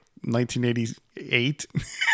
1988